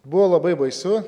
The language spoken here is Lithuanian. buvo labai baisu